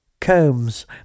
Combs